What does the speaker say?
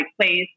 place